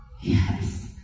yes